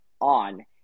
on